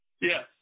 yes